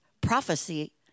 Prophecy